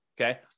okay